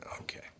Okay